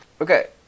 Okay